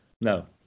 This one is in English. no